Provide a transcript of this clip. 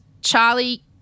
Charlie